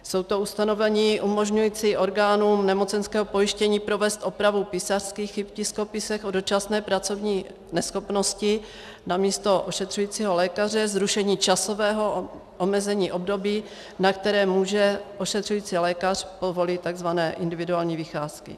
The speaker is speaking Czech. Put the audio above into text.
Jsou to ustanovení umožňující orgánům nemocenského pojištění provést opravu písařských chyb v tiskopisech o dočasné pracovní neschopnosti namísto ošetřujícího lékaře, zrušení časového omezení období, na které může ošetřující lékař povolit tzv. individuální vycházky.